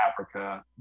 Africa